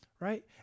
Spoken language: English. right